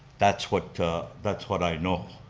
that's what that's what i know.